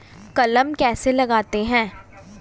कलम कैसे लगाते हैं?